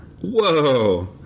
Whoa